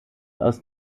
aus